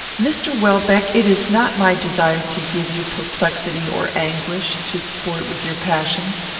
mr. welbeck! it is not my desire to give you perplexity or anguish to sport with your passions.